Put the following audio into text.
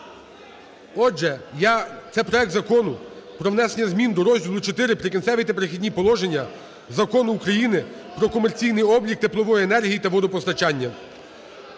Отже, я… Це проект Закону про внесення змін до Розділу IV "Прикінцеві та перехідні положення" Закону України "Про комерційний облік теплової енергії та водопостачання".